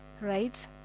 Right